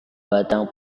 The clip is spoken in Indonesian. batang